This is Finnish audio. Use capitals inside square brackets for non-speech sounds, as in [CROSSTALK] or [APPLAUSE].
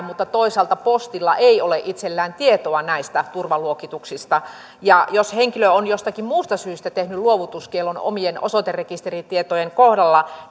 [UNINTELLIGIBLE] mutta toisaalta postilla ei ole itsellään tietoa näistä turvaluokituksista ja jos henkilö on jostakin muusta syystä tehnyt luovutuskiellon omien osoiterekisteritietojensa kohdalla [UNINTELLIGIBLE]